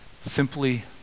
Simply